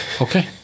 Okay